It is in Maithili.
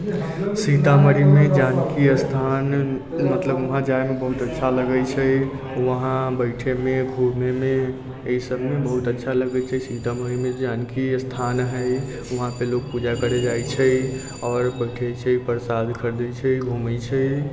सीतामढ़ीमे जानकी स्थान मतलब वहाँ जाइमे बहुत अच्छा लगै छै वहाँ बैठैमे घुमैमे एहिसबमे बहुत अच्छा लगै छै सीतामढ़ीमे जानकी स्थान हइ वहाँपर लोक पूजा करऽ जाइ छै आओर कथी होइ छै प्रसाद खरीदै छै घुमै छै